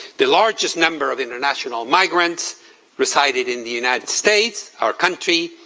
the largest number of international migrants resided in the united states, our country,